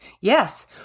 Yes